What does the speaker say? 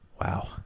Wow